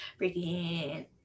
freaking